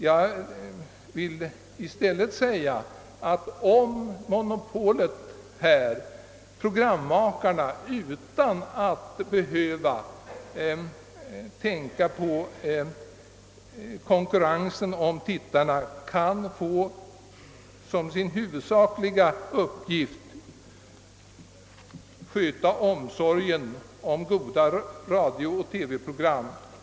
Jag vill i stället framhålla att man når det bästa resultatet om programmakarna utan att behöva tänka på konkurrensen om tittarna kan känna såsom sin huvudsakliga uppgift att sörja för goda radiooch TV-program.